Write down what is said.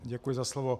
Děkuji za slovo.